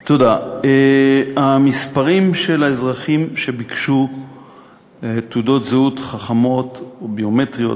1. מספר האזרחים שביקשו תעודות זהות חכמות או ביומטריות